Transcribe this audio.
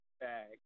bag